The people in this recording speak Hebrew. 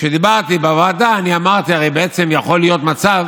כשדיברתי בוועדה אני אמרתי שבעצם יכול להיות מצב